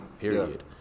period